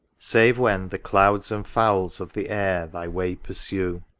save when the clouds and fowls of the air thy way pursue!